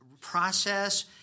process